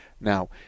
Now